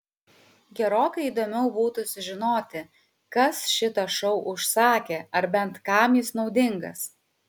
gerokai įdomiau būtų sužinoti kas šitą šou užsakė ar bent kam jis naudingas